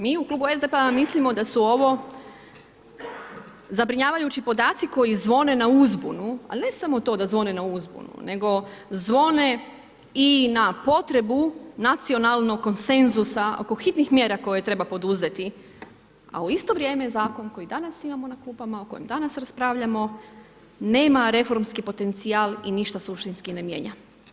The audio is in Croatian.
Mi u Klubu SDP-a mislimo da su ovo zabrinjavajući podaci koji zvone na uzbunu, ali ne samo to da zvone na uzbunu, nego zvone i na potrebu nacionalnog konsenzusa oko hitnih mjera koje treba poduzeti, a u isto vrijeme zakon koji danas imamo na klupama, o kojem danas raspravljamo, nema reformski potencijal i ništa suštinski ne mijenja.